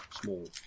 small